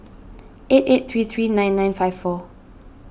eight eight three three nine nine five four